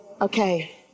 okay